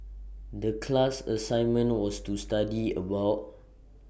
The class assignment was to study about